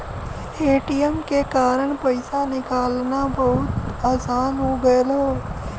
ATM के कारन पइसा निकालना अब बहुत आसान हो गयल हौ